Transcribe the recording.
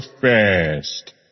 fast